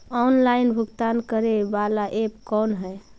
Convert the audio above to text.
Online भुगतान करे बाला ऐप कौन है?